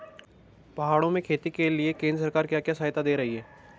पहाड़ों में खेती के लिए केंद्र सरकार क्या क्या सहायता दें रही है?